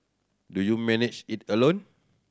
do you manage it alone